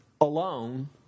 alone